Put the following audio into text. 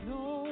no